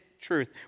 truth